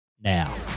now